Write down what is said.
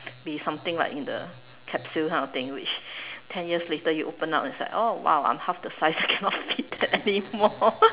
be something like in the capsule kind of thing which ten years later you open up it's like oh !wow! I'm half the size I cannot fit anymore